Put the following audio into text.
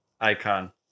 Icon